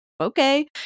okay